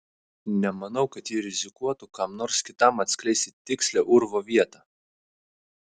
nemanau kad ji rizikuotų kam nors kitam atskleisti tikslią urvo vietą